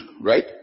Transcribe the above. right